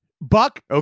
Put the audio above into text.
Buck